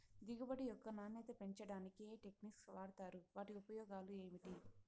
దిగుబడి యొక్క నాణ్యత పెంచడానికి ఏ టెక్నిక్స్ వాడుతారు వాటి ఉపయోగాలు ఏమిటి?